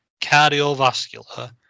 cardiovascular